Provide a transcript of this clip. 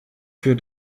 für